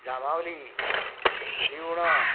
जामावली रिवणां